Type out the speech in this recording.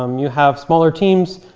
um you have smaller teams,